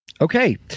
Okay